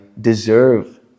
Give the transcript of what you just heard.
deserve